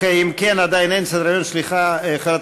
(תיקון,